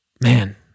man